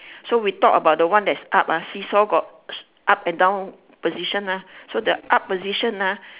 so we talk about the one that is up ah see-saw got up and down position ah so the up position ah